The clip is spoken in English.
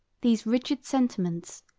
these rigid sentiments,